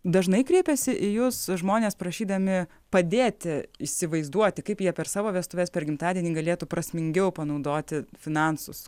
dažnai kreipiasi į jus žmonės prašydami padėti įsivaizduoti kaip jie per savo vestuves per gimtadienį galėtų prasmingiau panaudoti finansus